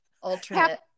alternate